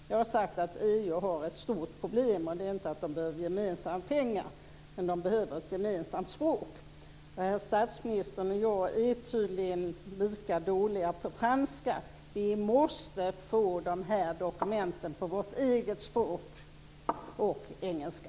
Jag har sagt att EU har ett stort problem. Det är inte att de behöver gemensamma pengar, utan att de behöver ett gemensamt språk. Herr statsministern och jag är tydligen lika dåliga på franska. Vi måste få dokumenten på vårt eget språk och engelska.